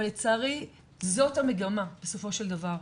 אבל לצערי זאת המגמה בסופו של דבר.